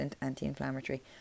anti-inflammatory